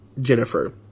Jennifer